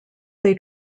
they